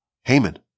Haman